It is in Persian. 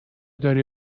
داری